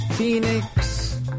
Phoenix